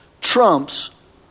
trumps